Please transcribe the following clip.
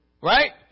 Right